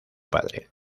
padre